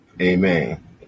Amen